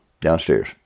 downstairs